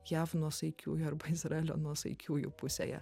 jav nuosaikiųjų arba izraelio nuosaikiųjų pusėje